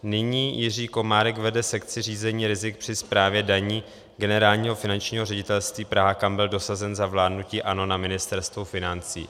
Nyní Jiří Komárek vede sekci řízení rizik při správě daní Generálního finančního ředitelství Praha, kam byl dosazen za vládnutí ANO na Ministerstvu financí.